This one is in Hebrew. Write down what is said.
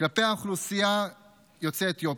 כלפי אוכלוסיית יוצאי אתיופיה.